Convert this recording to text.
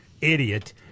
idiot